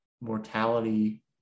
mortality